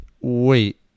wait